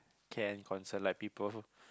care and concern like people